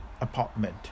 apartment